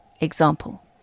example